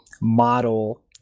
model